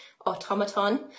automaton